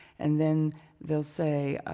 and then they'll say,